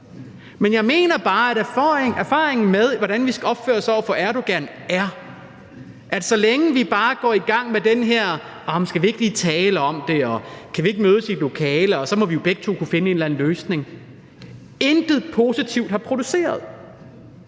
men jeg mener bare, at erfaringen, med hensyn til hvordan vi skal opføre os over for Erdogan, er, at det, når vi bare er gået i gang med den snak om, om vi ikke lige skal tale om det, og om vi ikke kan mødes i et lokale, for så må vi jo kunne finde en eller anden løsning sammen, intet positivt har produceret.